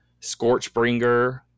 Scorchbringer